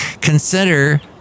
Consider